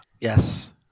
Yes